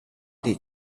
did